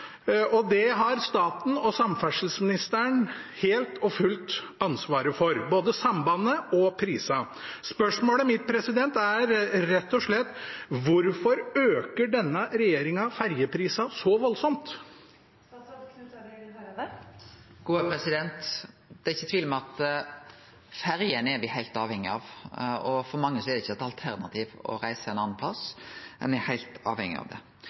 og det har staten og samferdselsministeren helt og fullt ansvaret for – både sambandet og prisene. Spørsmålet mitt er rett og slett: Hvorfor øker denne regjeringen ferjeprisene så voldsomt? Det er ikkje tvil om at me er heilt avhengige av ferjene, og for mange er det ikkje eit alternativ å reise ein annan plass, ein er heilt avhengig av dei. Det